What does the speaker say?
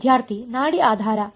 ವಿದ್ಯಾರ್ಥಿ ನಾಡಿ ಆಧಾರ